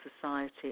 society